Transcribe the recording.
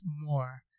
more